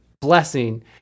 blessing